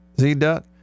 Z-Duck